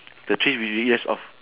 the tree we erase off